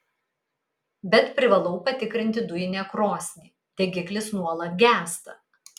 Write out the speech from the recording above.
bet privalau patikrinti dujinę krosnį degiklis nuolat gęsta